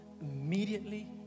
immediately